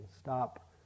stop